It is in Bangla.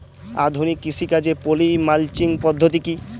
আধুনিক কৃষিকাজে পলি মালচিং পদ্ধতি কি?